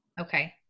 Okay